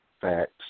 Facts